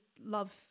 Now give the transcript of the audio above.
love